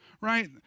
right